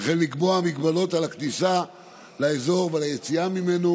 וכן לקבוע מגבלות על הכניסה לאזור ועל היציאה ממנו